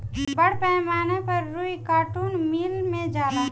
बड़ पैमाना पर रुई कार्टुन मिल मे जाला